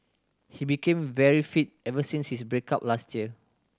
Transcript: he became very fit ever since his break up last year